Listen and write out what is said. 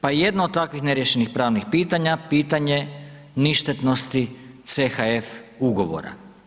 Pa je jedno od takvih ne riješenih pravnih pitanja pitanje ništetnosti CHF ugovora.